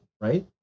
right